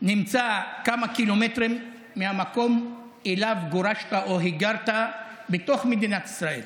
נמצאים כמה קילומטרים מהמקום שאליו גורשת או היגרת מתוך מדינת ישראל?